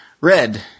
red